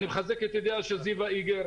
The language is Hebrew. אני מחזק את ידיה של זיוה איגר.